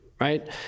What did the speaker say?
Right